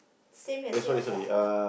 same as Singapore